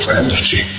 energy